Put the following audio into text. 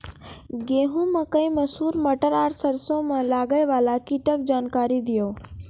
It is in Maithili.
गेहूँ, मकई, मसूर, मटर आर सरसों मे लागै वाला कीटक जानकरी दियो?